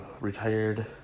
retired